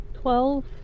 Twelve